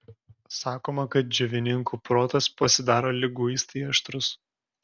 sakoma kad džiovininkų protas pasidaro liguistai aštrus